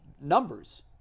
numbers